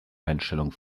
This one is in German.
einstellung